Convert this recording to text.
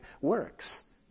works